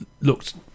looked